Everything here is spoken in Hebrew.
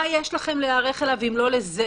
מה יש לכם להיערך אם לא לזה?